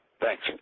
Thanks